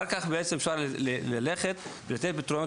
אחר כך בעצם אפשר ללכת ולתת פתרונות